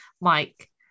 Mike